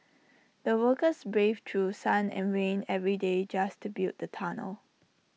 the workers braved through sun and rain every day just to build the tunnel